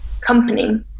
company